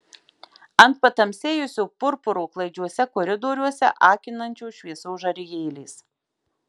ant patamsėjusio purpuro klaidžiuose koridoriuose akinančios šviesos žarijėlės